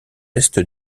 est